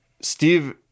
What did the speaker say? Steve